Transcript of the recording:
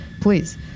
Please